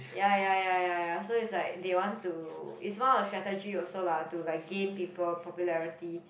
ya ya ya ya ya so is like they want to is one of strategy also lah to like gain people popularity